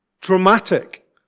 Dramatic